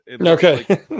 Okay